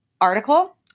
article